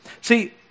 See